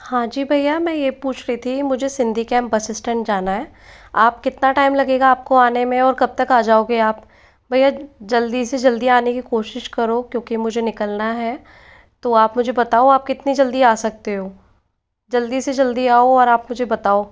हाँ जी भैया मैं ये पूछ रही थी मुझे सिंधीकेम बस स्टैंड जाना है आप कितना टाइम लगेगा आपको आने में और कब तक आ जाओगे आप भैया जल्दी से जल्दी आने की कोशिश करो क्योंकि मुझे निकलना है तो आप मुझे बताओ आप कितनी जल्दी आ सकते हो जल्दी से जल्दी आओ और आप मुझे बताओ